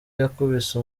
yakubise